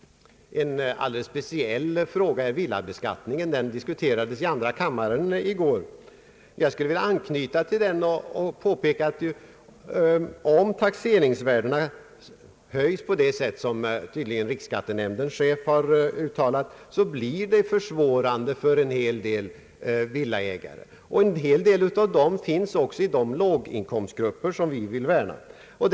En alldeles speciell fråga är villabeskattningen, som diskuterades i andra kammaren i går. Jag vill anknyta till den frågan och påpeka att om taxeringsvärdena höjs på det sätt som tydligen riksskattenämndens chef har uttalat, blir det svårigheter för en hel del villaägare. Många av dem finns ofta i de Ang. den ekonomiska politiken, m.m. låginkomstgrupper som vi vill värna om.